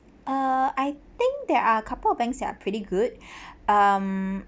eh I think there are couple of banks that are pretty good um